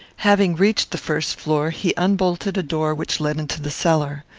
having reached the first floor, he unbolted a door which led into the cellar.